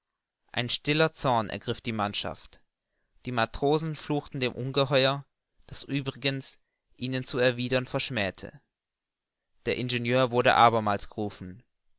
ein stiller zorn ergriff die mannschaft die matrosen fluchten dem ungeheuer das übrigens ihnen zu erwidern verschmähte der ingenieur wurde abermals gerufen